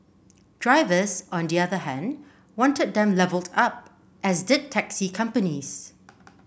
drivers on the other hand wanted them levelled up as did taxi companies